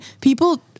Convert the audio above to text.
people